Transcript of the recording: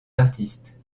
artistes